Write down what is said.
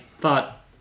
thought